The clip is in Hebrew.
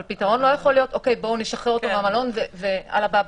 אבל פתרון לא יכול להיות נשחרר אותו מהמלון ומה שיהיה,